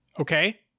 okay